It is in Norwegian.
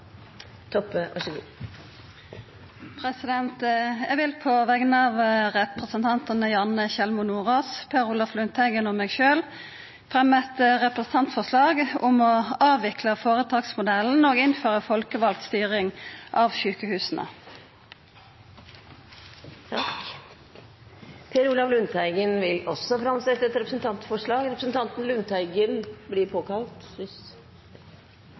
Eg vil på vegner av representantane Janne Sjelmo Nordås, Per Olaf Lundteigen og meg sjølv fremja eit representantforslag om å avvikla føretaksmodellen og innføra folkevald styring av sjukehusa. Representanten Per Olaf Lundteigen vil framsette et representantforslag.